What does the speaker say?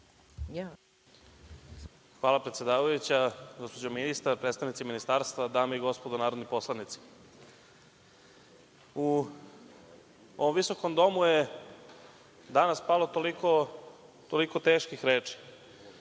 Hvala predsedavajuća, gospođo ministar, predstavnici Ministarstva, dame i gospodo narodni poslanici, u ovom Visokom domu je danas palo toliko teških reči,